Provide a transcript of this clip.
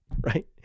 Right